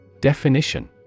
Definition